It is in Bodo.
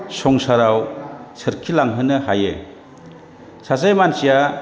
संसाराव सोरखिलांहोनो हायो सासे मानसिया